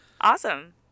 Awesome